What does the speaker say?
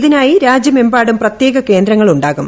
ഇതിനായി രാജ്യമെമ്പാടും പ്രത്യേക കേന്ദ്രങ്ങളുണ്ടാകും